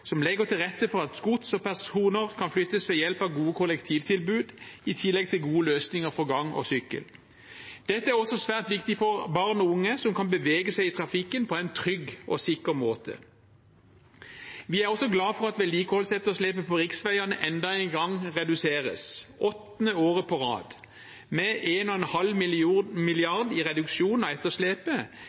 som legger til rette for at gods og personer kan flyttes ved hjelp av gode kollektivtilbud, i tillegg til gode løsninger for gange og sykkel. Dette er også svært viktig for barn og unge, som kan bevege seg i trafikken på en trygg og sikker måte. Vi er også glade for at vedlikeholdsetterslepet på riksveiene enda en gang reduseres, for åttende år på rad. Med 1,5 mrd. kr i reduksjon av etterslepet